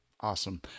awesome